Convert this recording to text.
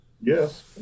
yes